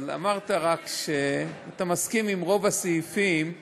אבל אמרת שאתה מסכים לרוב הסעיפים.